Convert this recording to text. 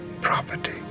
Property